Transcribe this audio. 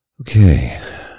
Okay